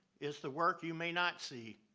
is the work you may not see.